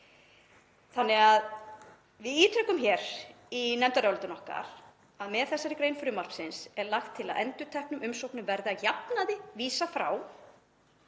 Þannig að við ítrekum í nefndaráliti okkar að með þessari grein frumvarpsins er lagt til að endurteknum umsóknum verði að jafnaði vísað frá,